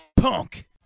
Punk